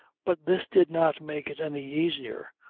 but this did not make it any easier,